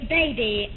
baby